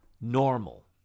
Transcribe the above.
Normal